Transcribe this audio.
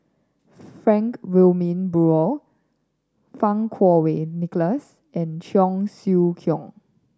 Frank Wilmin Brewer Fang Kuo Wei Nicholas and Cheong Siew Keong